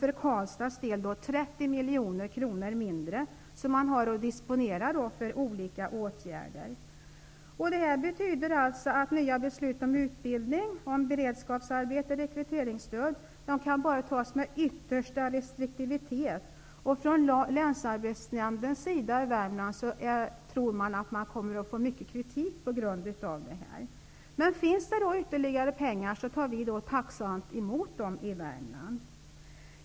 För Karlstads del innebär det att man har 30 miljoner kronor mindre att disponera för olika åtgärder. Detta betyder att nya beslut om utbildning, beredskapsarbete, rekryteringsstöd enbart kan fattas med yttersta restriktivitet. Länsarbetsnämnden i Värmland tror att man kommer att få mycket kritik på grund av detta. Finns det ytterligare pengar tar vi i Värmland tacksamt emot dem.